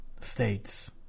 states